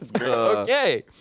Okay